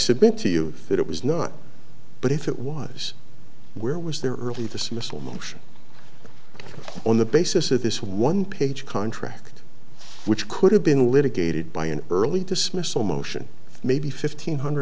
submit to you that it was not but if it was where was there early dismissal motion on the basis of this one page contract which could have been litigated by an early dismissal motion maybe fifteen hundred